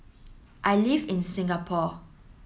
I live in Singapore